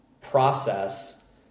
process